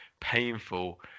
painful